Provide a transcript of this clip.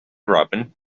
robin